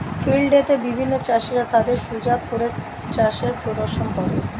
field day তে বিভিন্ন চাষীরা তাদের সুজাত করা চাষের প্রদর্শন করে